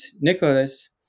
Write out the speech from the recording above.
Nicholas